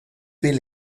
will